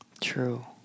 True